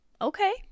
okay